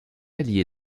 allier